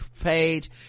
page